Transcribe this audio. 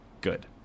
Good